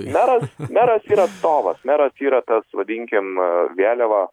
meras meras yra atstovas meras yra tas vadinkim vėliava